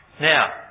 Now